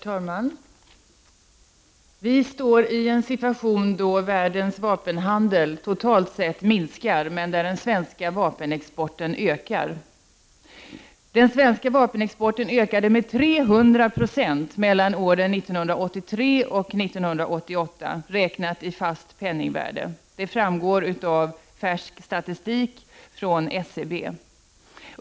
Herr talman! Vi befinner oss i en situation där världens vapenhandel totalt sett minskar, men där den svenska vapenexporten ökar. Den svenska vapenexporten ökade med 300 26 mellan år 1983 och 1988 räknat i fast penningvärde. Detta framgår av färsk statistik från SCB.